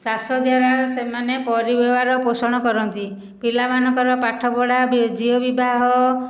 ଚାଷ ଦ୍ଵାରା ସେମାନେ ପରିବାର ପୋଷଣ କରନ୍ତି ପିଲାମାନଙ୍କର ପାଠପଢ଼ା ଝିଅ ବିବାହ